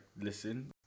listen